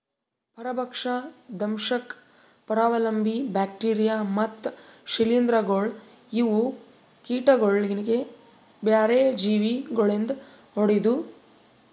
ಪರಭಕ್ಷ, ದಂಶಕ್, ಪರಾವಲಂಬಿ, ಬ್ಯಾಕ್ಟೀರಿಯಾ ಮತ್ತ್ ಶ್ರೀಲಿಂಧಗೊಳ್ ಇವು ಕೀಟಗೊಳಿಗ್ ಬ್ಯಾರೆ ಜೀವಿ ಗೊಳಿಂದ್ ಹೊಡೆದು